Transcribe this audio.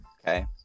okay